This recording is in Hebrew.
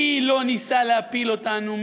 מי לא ניסה להפיל אותנו?